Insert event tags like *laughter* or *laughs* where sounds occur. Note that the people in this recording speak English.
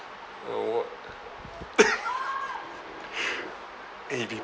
ah what *laughs* eh be